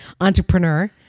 entrepreneur